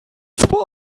zwei